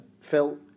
Phil